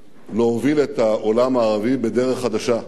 להוביל את העולם הערבי בדרך חדשה.